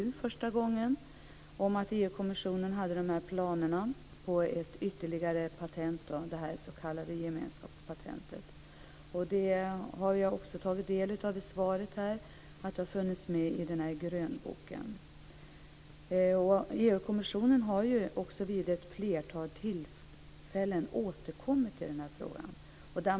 Och jag har i svaret tagit del av att det har funnits med i den här grönboken. EU-kommissionen har vid ett flertal tillfällen återkommit till den här frågan.